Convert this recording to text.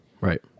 Right